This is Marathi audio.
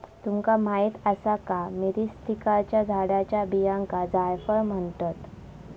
तुमका माहीत आसा का, मिरीस्टिकाच्या झाडाच्या बियांका जायफळ म्हणतत?